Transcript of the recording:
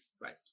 right